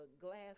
glass